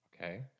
Okay